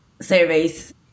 surveys